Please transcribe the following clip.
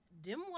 Dim